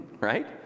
right